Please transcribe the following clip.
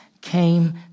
came